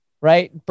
right